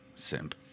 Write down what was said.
Simp